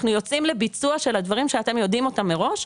אנחנו יוצאים לביצוע של הדברים כשאתם יודעים אותם מראש,